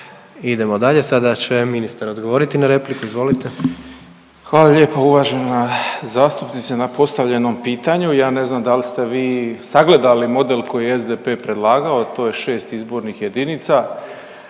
Idemo dalje, sada će ministar odgovoriti na repliku, izvolite. **Malenica, Ivan (HDZ)** Hvala lijepo uvažena zastupnice na postavljenom pitanju. Ja ne znam dal ste vi sagledali model koji je SDP predlagao, a to je šest izbornih jedinica,